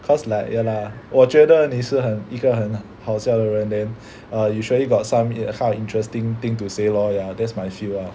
cause like ya lah 我觉得你是很一个很好笑的人 then err you surely got some kind of interesting thing to say lor ya that's my feel lah